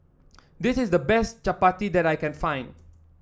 this is the best Chapati that I can find